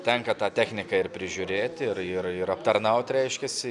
tenka tą techniką ir prižiūrėti ir ir ir aptarnaut reiškiasi